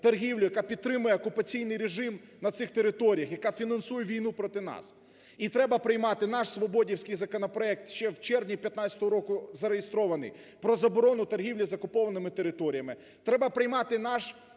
торгівлю, яка підтримує окупаційний режим на цих територіях, яка фінансує війну проти нас. І треба приймати наш "свободівський" законопроект, ще в червні 2015 року зареєстрований, про заборону торгівлі з окупованими територіями. Треба приймати наш